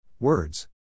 Words